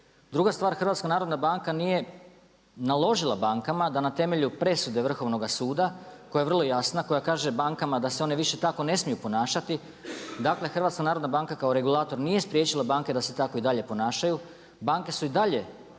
Druga stvar, HNB nije naložila bankama da na temelju presude Vrhovnoga suda koja je vrlo jasna, koja kaže bankama da se one više tako ne smiju ponašati, dakle HNB kao regulator nije spriječila banke da se tako i dalje ponašaju. Banke su i dalje